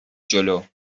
جلو